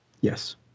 Yes